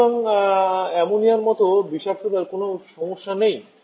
সুতরাং অ্যামোনিয়ার মতো বিষাক্ততার কোনও সমস্যা নেই